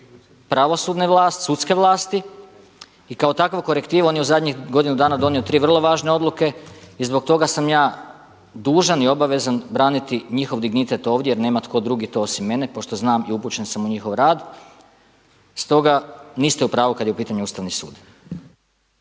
pravosudne vlasti, sudske vlasti i kao takav korektiv on je u zadnjih godinu dana donio tri vrlo važne odluke i zbog toga sam ja dužan i obavezan braniti njihov dignitet ovdje jer nema tko drugi to osim mene pošto znam i upućen sam u njihov rad. Stoga niste u pravu kad je u pitanju Ustavni sud.